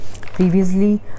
Previously